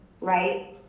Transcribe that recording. right